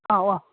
ꯑꯥꯎ ꯑꯥꯎ